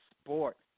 Sports